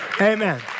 Amen